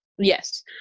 Yes